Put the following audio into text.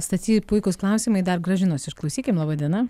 stasy puikūs klausimai dar gražinos išklausykim laba diena